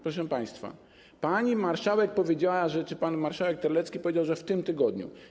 Proszę państwa, pani marszałek powiedziała czy też pan marszałek Terlecki powiedział, że w tym tygodniu.